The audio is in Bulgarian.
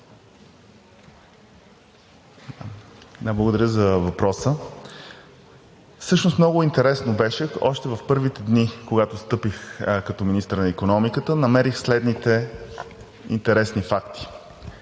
Благодаря за въпроса. Всъщност много интересно беше още в първите дни. Когато встъпих като министър на икономиката, намерих следните интересни факти: